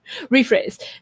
Rephrase